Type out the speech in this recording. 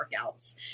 workouts